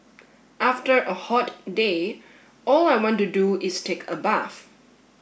after a hot day all I want to do is take a bath